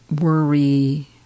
worry